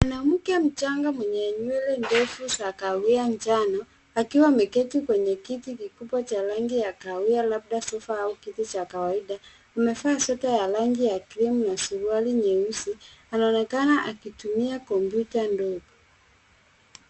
Mwanamke mchanga mwenye nywele ndefu za kahawia njano, akiwa ameketi kwenye kiti kikubwa cha rangi ya kahawia labda sofa au kiti cha kawaida. Amevaa sweta ya rangi ya cream na suruali nyeusi. Anaonekana akitumia kompyuta ndogo.